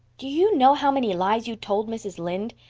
do you know how many lies you told mrs. lynde?